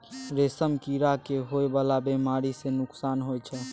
रेशम कीड़ा के होए वाला बेमारी सँ नुकसान होइ छै